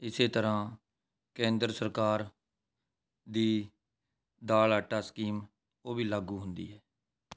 ਇਸ ਤਰ੍ਹਾਂ ਕੇਂਦਰ ਸਰਕਾਰ ਦੀ ਦਾਲ ਆਟਾ ਸਕੀਮ ਉਹ ਵੀ ਲਾਗੂ ਹੁੰਦੀ ਹੈ